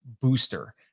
booster